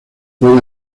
puede